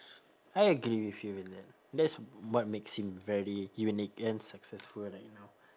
I agree with you in that that's what makes him very unique and successful right now